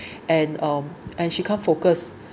and um and she can't focus